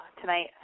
tonight